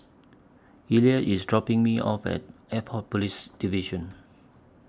Elliott IS dropping Me off At Airport Police Division